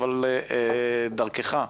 אבל דרכך,